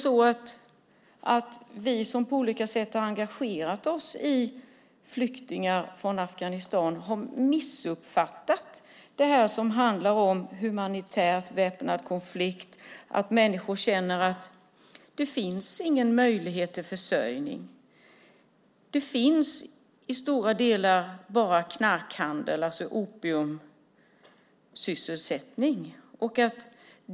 Har vi som på olika sätt har engagerat oss för flyktingar från Afghanistan missuppfattat detta med väpnad konflikt? Människor känner att det inte finns någon möjlighet till försörjning. I stora delar finns det nästan bara knarkhandel, det vill säga handel med opium.